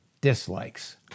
dislikes